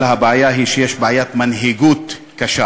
אלא הבעיה היא שיש בעיית מנהיגות קשה.